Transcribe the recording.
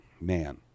man